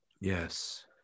Yes